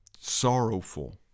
sorrowful